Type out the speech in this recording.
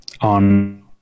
On